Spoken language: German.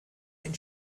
den